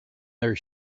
their